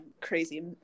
crazy